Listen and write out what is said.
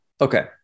Okay